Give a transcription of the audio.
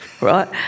right